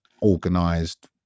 organized